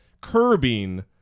curbing